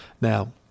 Now